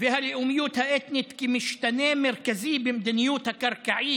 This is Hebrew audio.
והלאומיות האתנית כמשתנה מרכזי במדיניות הקרקעות